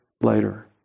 later